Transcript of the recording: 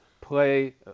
play